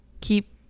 keep